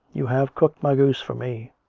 you have cooked my goose for me.